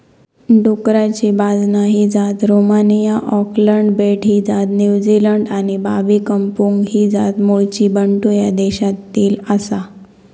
डुकराची बाजना ही जात रोमानिया, ऑकलंड बेट ही जात न्युझीलंड आणि बाबी कंपुंग ही जात मूळची बंटू ह्या देशातली आसा